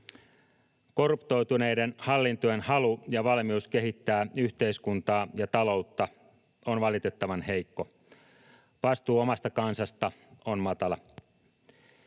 Korruptoituneiden hallintojen halu ja valmius kehittää yhteiskuntaa ja taloutta on valitettavan heikko. Vastuu omasta kansasta on matala.